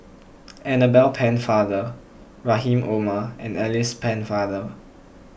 Annabel Pennefather Rahim Omar and Alice Pennefather